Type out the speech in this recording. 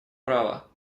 права